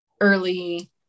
early